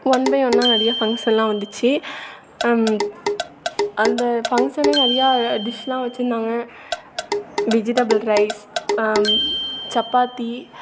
one by ஒன்றா நிறைய ஃபங்க்ஷன்லாம் வந்துச்சி அம் அந்த ஃபங்க்ஷன் நிறையா டிஷ்லாம் வச்சிருந்தாங்க விஜிடபள் ரைஸ் சப்பாத்தி